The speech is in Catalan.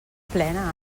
plena